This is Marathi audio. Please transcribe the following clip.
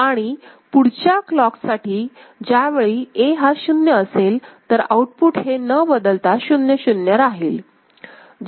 आणि पुढच्या क्लॉकसाठी ज्यावेळी A हा 0 असेल तर आउटपुट हे न बदलता शून्य शून्य राहील